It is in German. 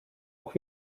auch